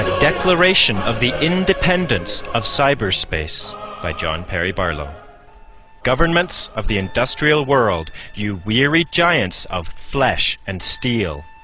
ah declaration of the independence of cyber space by john perry barlow governments of the industrial world, you wearied giants of flesh and steel,